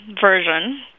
version